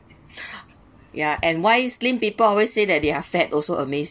yeah and why slim people always say that they are fat also amazed